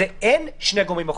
אין שני גורמים אוכפים.